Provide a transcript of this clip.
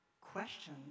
question